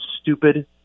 stupid